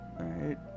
right